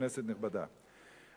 כנסת נכבדה,